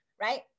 right